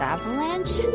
Avalanche